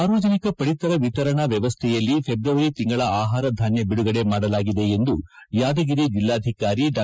ಸಾರ್ವಜನಿಕ ಪಡಿತರ ವಿತರಣಾ ವ್ಯವಸ್ಥೆಯಲ್ಲಿ ಫೆಬ್ರವರಿ ತಿಂಗಳ ಆಹಾರ ಧಾನ್ಯ ಬಿಡುಗಡೆ ಮಾಡಲಾಗಿದೆ ಎಂದು ಯಾದಗಿರಿ ಜಿಲ್ಲಾಧಿಕಾರಿ ಡಾ